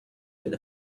with